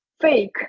fake